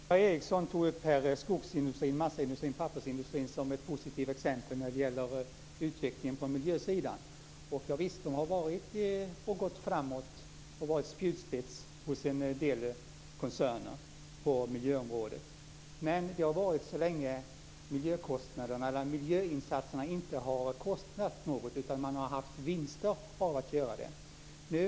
Fru talman! Ingvar Eriksson tog upp skogsindustrin, massaindustrin, pappersindustrin som ett positivt exempel när det gäller utvecklingen på miljösidan. Ja visst, de har gått framåt och varit spjutspets hos en del koncerner på miljöområdet. Men det har de varit så länge miljöinsatserna inte har kostat någonting, utan man har haft vinster av att göra det.